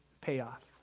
payoff